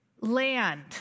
Land